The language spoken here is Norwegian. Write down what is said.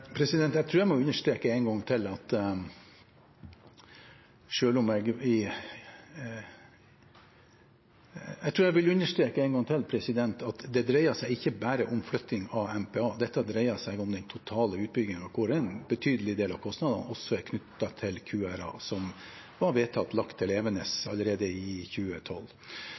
Jeg tror jeg vil understreke en gang til at det dreier seg ikke bare om flytting av MPA. Dette dreier seg om den totale utbyggingen hvor en betydelig del av kostnadene også er knyttet til QRA, som var vedtatt lagt til Evenes allerede i 2012.